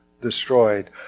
destroyed